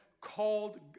called